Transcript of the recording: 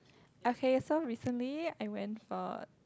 okay so recently I went for